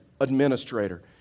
administrator